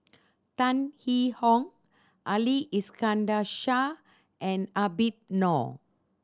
Tan Yee Hong Ali Iskandar Shah and Habib Noh